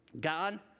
God